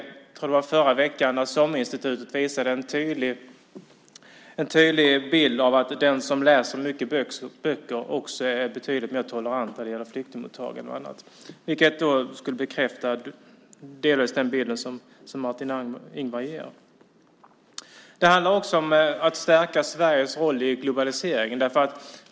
Jag tror det var förra veckan Som-Institutet visade en tydlig bild av att den som läser mycket böcker också är betydligt mer tolerant när det gäller flyktingmottagning och annat, vilket delvis skulle bekräfta den bild som Martin Ingvar ger. Det handlar också om att stärka Sveriges roll i globaliseringen.